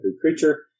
creature